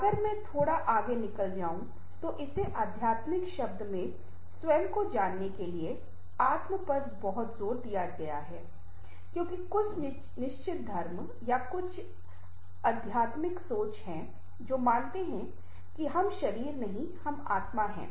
अगर मैं थोड़ा आगे निकल जाऊं तो इसे आध्यात्मिक शब्द में स्वयं को जानने के लिए आत्म पर बहुत जोर दिया गया है क्योंकि कुछ निश्चित धर्म या कुछ आध्यात्मिक सोच हैं जो मानते हैं कि हम शरीर नहीं हैं हम आत्मा हैं